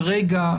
כרגע,